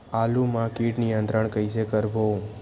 आलू मा कीट नियंत्रण कइसे करबो?